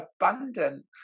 abundant